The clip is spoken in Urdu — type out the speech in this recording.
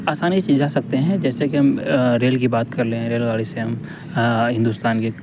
آسانی سے جا سکتے ہیں جیسے کہ ہم ریل کی بات کر لیں ریل گاڑی سے ہم ہندوستان کے